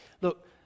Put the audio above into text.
Look